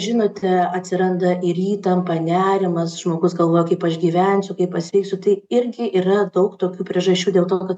žinote atsiranda ir įtampa nerimas žmogus galvoja kaip aš gyvensiu kai pasveiksiu tai irgi yra daug tokių priežasčių dėl to kad